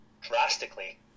drastically